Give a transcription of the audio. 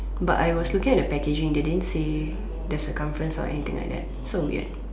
but I was looking at the packaging they didn't say the circumference or anything like that so weird